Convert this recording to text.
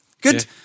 Good